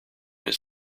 his